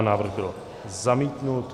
Návrh byl zamítnut.